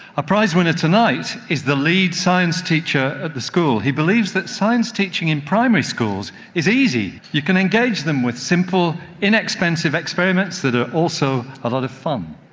a prize-winner tonight is the lead science teacher at the school. he believes that science teaching in primary schools is easy. you can engage them with simple, inexpensive experiments that are also a lot of fun.